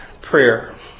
prayer